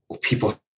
people